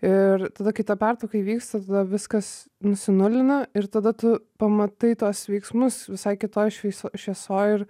ir tada kai ta pertrauka įvyksta tada viskas nusinulina ir tada tu pamatai tuos veiksmus visai kitoj šviesioj šviesoj ir